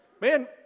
Man